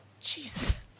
Jesus